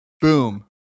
Boom